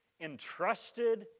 entrusted